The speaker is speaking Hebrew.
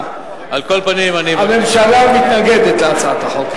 הממשלה מתנגדת להצעת החוק.